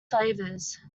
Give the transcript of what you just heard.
flavours